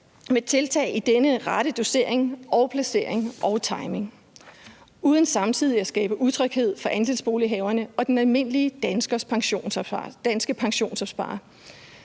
med tiltag i den rette dosering og placering og timing uden samtidig at skabe utryghed for andelsbolighaverne og den almindelige danske pensionsopsparer.